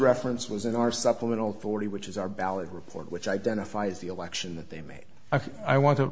reference was in our supplemental forty which is our ballot report which identifies the election that they made i want